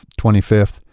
25th